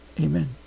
amen